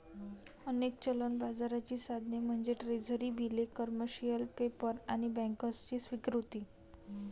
अनेक चलन बाजाराची साधने म्हणजे ट्रेझरी बिले, कमर्शियल पेपर आणि बँकर्सची स्वीकृती